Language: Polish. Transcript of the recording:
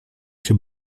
się